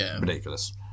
ridiculous